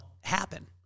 happen